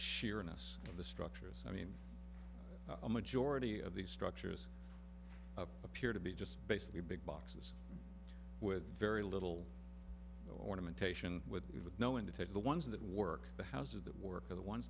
sheer inus of the structures i mean a majority of these structures appear to be just basically big boxes with very little ornamentation with it with no one to take the ones that work the houses that work for the ones